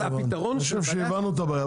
אני חושב שהבנו את הבעיה,